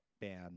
ban